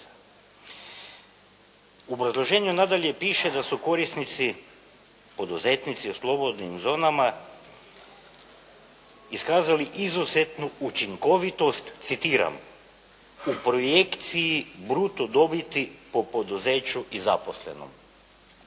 U obrazloženju nadalje piše da su korisnici poduzetnici u slobodnim zonama iskazali "izuzetnu učinkovitost u projekciji bruto dobiti po poduzeću i zaposlenom".